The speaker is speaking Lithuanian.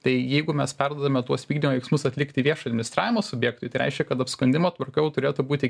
tai jeigu mes perduodame tuos vykdymo veiksmus atlikti viešo administravimo subjektui tai reiškia kad apskundimo tvarka jau turėtų būti